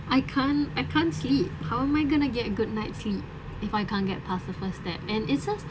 I can't I can't sleep how am I going to get a good night sleep if I can't get past the first step and it's just